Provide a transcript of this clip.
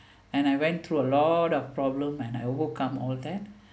and I went through a lot of problem and I overcome all that